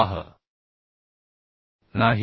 प्रवाह नाही